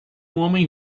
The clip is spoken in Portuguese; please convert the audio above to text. homem